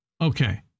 Okay